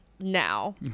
now